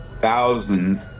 thousands